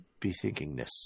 bethinkingness